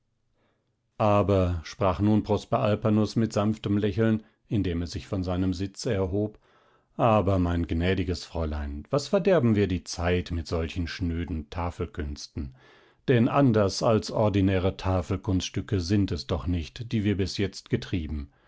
aber sprach nun prosper alpanus mit sanftem lächeln indem er sich von seinem sitze erhob aber mein bestes gnädiges fräulein was verderben wir die zeit mit solchen schnöden tafelkünsten denn anders als ordinäre tafelkunststücke sind es doch nicht die wir bis jetzt getrieben